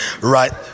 right